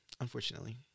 unfortunately